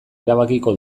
erabakiko